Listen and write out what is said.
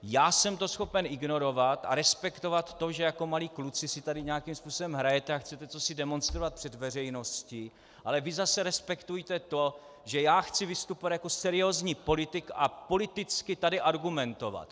Já jsem to schopen ignorovat a respektovat to, že jako malí kluci si tady nějakým způsobem hrajete a chcete cosi demonstrovat před veřejností, ale vy zase respektujte to, že já chci vystupovat jako seriózní politik a politicky tady argumentovat.